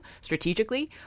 strategically